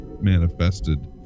manifested